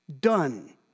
Done